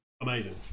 amazing